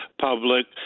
public